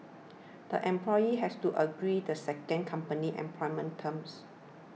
the employee has to agree the second company's employment terms